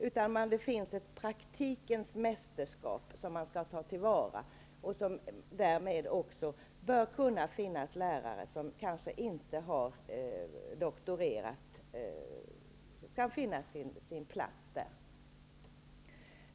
Det finns ett praktikens mästerskap som man skall ta till vara. Det bör därmed också finnas lärare som inte har doktorerat men som ändå kan finna sin plats.